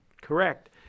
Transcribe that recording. correct